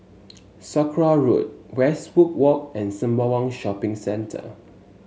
Sakra Road Westwood Walk and Sembawang Shopping Centre